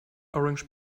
orange